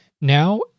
Now